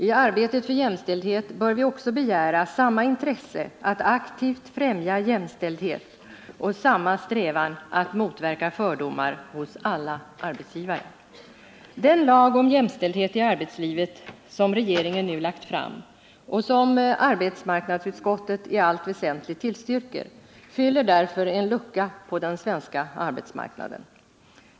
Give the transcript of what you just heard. I arbetet för jämställdhet bör vi också begära samma intresse att aktivt främja jämställdhet och samma strävan att motverka fördomar hos alla arbetsgivare. Den lag om jämställdhet i arbetslivet som regeringen nu lagt fram och som arbetsmarknadsutskottet i allt väsentligt tillstyrker fyller därför en lucka på den svenska arbetsmarknaden.